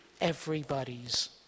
everybody's